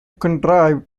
contrive